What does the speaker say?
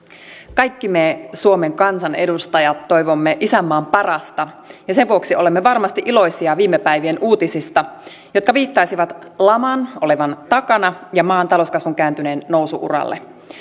kaikki me suomen kansanedustajat toivomme isänmaan parasta ja sen vuoksi olemme varmasti iloisia viime päivien uutisista jotka viittaisivat laman olevan takana ja maan talouskasvun kääntyneen nousu uralle